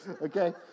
okay